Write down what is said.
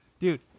dude